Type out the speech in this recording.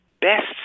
best